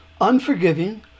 unforgiving